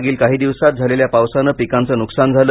मागील काही दिवसांत झालेल्या पावसाने पिकांचे नुकसान झाले